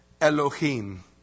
Elohim